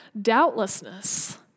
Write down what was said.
doubtlessness